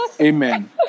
Amen